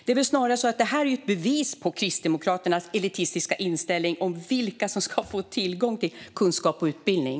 Det är väl snarare så att det här är ett bevis på Kristdemokraternas elitistiska inställning om vilka som ska få tillgång till kunskap och utbildning.